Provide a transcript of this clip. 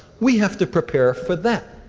we have to prepare for that.